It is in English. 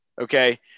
Okay